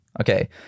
Okay